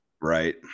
Right